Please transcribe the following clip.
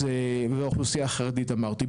אז באוכלוסייה החרדית אמרתי.